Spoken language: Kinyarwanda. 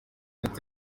kandi